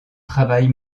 travail